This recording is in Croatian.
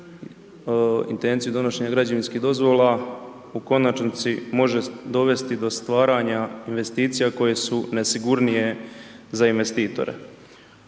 intenciju donošenja građevinskih dozvola u konačnici može dovesti do stvaranja investicija koje su nesigurnije za investitore.